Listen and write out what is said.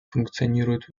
функционирует